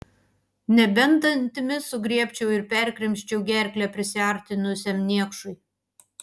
nebent dantimis sugriebčiau ir perkrimsčiau gerklę prisiartinusiam niekšui